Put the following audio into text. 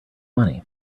money